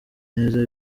neza